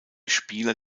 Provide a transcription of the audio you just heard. spieler